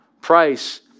price